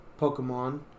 Pokemon